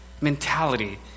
mentality